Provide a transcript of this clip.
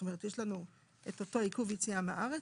יש לנו את אותו עיכוב יציאה מהארץ,